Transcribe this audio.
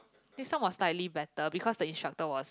this one was slightly better because the instructor was